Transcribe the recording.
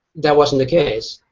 that wasn't the case.